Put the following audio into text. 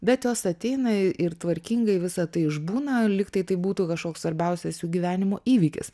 bet jos ateina ir tvarkingai visą tai išbūna lygtai tai būtų kažkoks svarbiausias jų gyvenimo įvykis